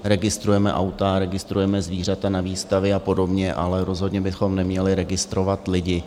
Registrujeme auta, registrujeme zvířata na výstavě a podobně, ale rozhodně bychom neměli registrovat lidi.